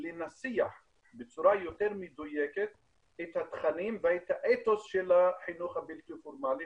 לנסח בצורה יותר מדויקת את התכנים ואת האתוס של החינוך הבלתי פורמלי,